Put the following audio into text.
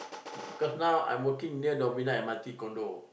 cause now I'm working near Novena M_R_T Condo